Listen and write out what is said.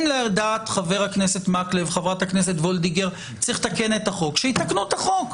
אם לדעת חברי הכנסת מקלב ו-וולדיגר צריך לתקן את החוק שיתקנו את החוק.